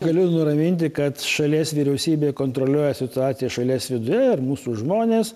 galiu nuraminti kad šalies vyriausybė kontroliuoja situaciją šalies viduje ir mūsų žmonės